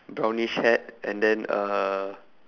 brownish hat and then uh